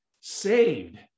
saved